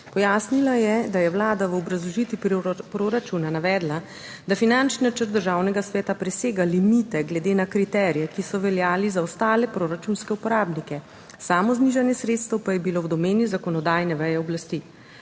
Pojasnila je, da je Vlada v obrazložitvi proračuna navedla, da finančni načrt Državnega sveta presega limite glede na kriterije, ki so veljali za ostale proračunske uporabnike, samo znižanje sredstev pa je bilo v domeni zakonodajne veje oblasti.